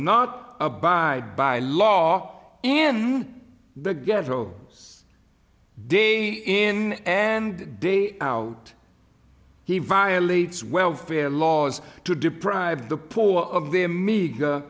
not abide by law in the ghetto day in and day out he violates welfare laws to deprive the poor of the